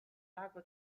lago